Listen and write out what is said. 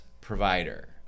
provider